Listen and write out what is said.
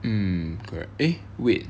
mm correct eh wait